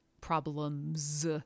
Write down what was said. problems